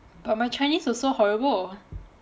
but my chinese also horrible